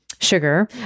sugar